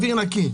אוויר נקי.